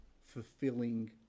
fulfilling